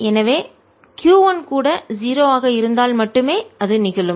எனவே Q 1 கூட 0 ஆக இருந்தால் மட்டுமே அது நிகழும்